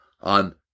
on